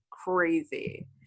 crazy